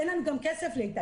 אין להם גם כסף להתאגד.